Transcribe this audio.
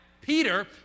Peter